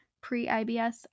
Pre-IBS